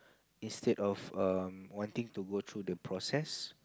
instead of um wanting to go through the process